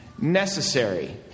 necessary